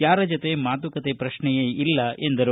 ಯಾರ ಜತೆ ಮಾತುಕತೆ ಪ್ರಶ್ನೆಯೇ ಇಲ್ಲ ಎಂದರು